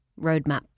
roadmap